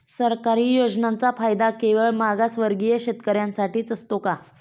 सरकारी योजनांचा फायदा केवळ मागासवर्गीय शेतकऱ्यांसाठीच असतो का?